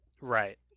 Right